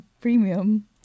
premium